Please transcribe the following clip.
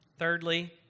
Thirdly